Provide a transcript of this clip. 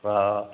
हा